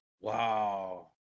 Wow